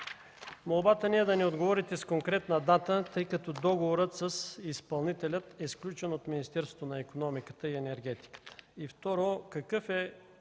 Молбата ни е да ни отговорите с конкретна дата, тъй като договорът с изпълнителя е сключен с Министерството на икономиката и енергетиката.